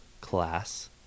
class